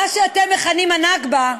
מה שאתם מכנים "נכבה",